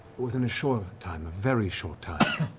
within a short time, a very short time,